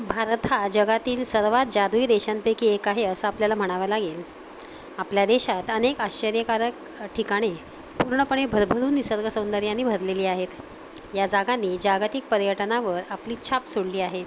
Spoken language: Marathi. भारत हा जगातील सर्वात जादूई देशांपैकी एक आहे असं आपल्याला म्हणावं लागेल आपल्या देशात अनेक आश्चर्यकारक ठिकाणे पूर्णपणे भरभरून निसर्गसौंदर्यानी भरलेली आहेत या जागांनी जागतिक पर्यटनावर आपली छाप सोडली आहे